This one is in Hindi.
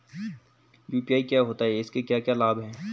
यु.पी.आई क्या होता है इसके क्या क्या लाभ हैं?